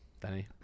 Danny